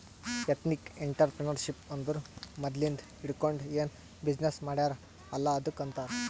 ethnic entrepreneurship ಅಂದುರ್ ಮದ್ಲಿಂದ್ ಹಿಡ್ಕೊಂಡ್ ಏನ್ ಬಿಸಿನ್ನೆಸ್ ಮಾಡ್ಯಾರ್ ಅಲ್ಲ ಅದ್ದುಕ್ ಆಂತಾರ್